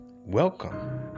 welcome